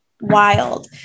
wild